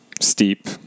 steep